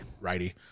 Righty